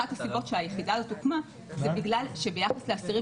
אחת הסיבות שהיחידה הזאת הוקמה זה בגלל שביחס לאסירים